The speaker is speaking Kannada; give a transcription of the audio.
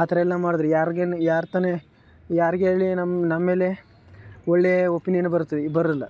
ಆ ಥರ ಎಲ್ಲ ಮಾಡಿದ್ರೆ ಯಾರ್ಗೇನು ಯಾರ ತಾನೆ ಯಾರಿಗೆ ಹೇಳಲಿ ನಮ್ಮ ನಮ್ಮ ಮೇಲೆ ಒಳ್ಳೆಯ ಒಪೀನಿಯನ್ ಬರುತ್ತೋ ಬರೋಲ್ಲ